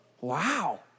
Wow